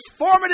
transformative